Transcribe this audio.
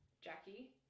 Jackie